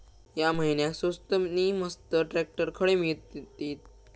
या महिन्याक स्वस्त नी मस्त ट्रॅक्टर खडे मिळतीत?